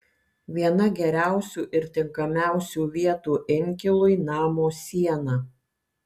viena geriausių ir tinkamiausių vietų inkilui namo siena